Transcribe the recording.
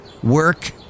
Work